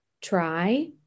try